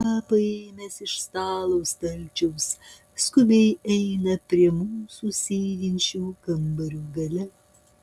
kažką paėmęs iš stalo stalčiaus skubiai eina prie mūsų sėdinčių kambario gale